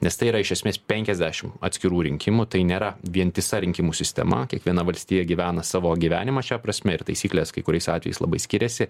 nes tai yra iš esmės penkiasdešimt atskirų rinkimų tai nėra vientisa rinkimų sistema kiekviena valstija gyvena savo gyvenimą šia prasme ir taisyklės kai kuriais atvejais labai skiriasi